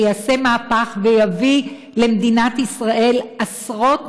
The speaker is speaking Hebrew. שיעשה מהפך ויביא למדינת ישראל עשרות